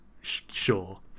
Sure